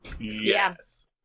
yes